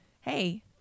Hey